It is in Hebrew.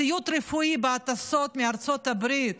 ציוד רפואי בהטסות מארצות הברית,